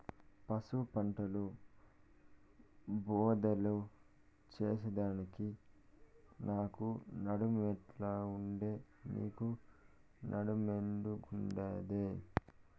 పసుపు పంటల బోదెలు చేసెదానికి నాకు నడుమొంగకుండే, నీకూ నడుమొంగకుండాదే